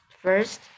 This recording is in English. first